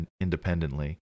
independently